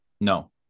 no